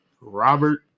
Robert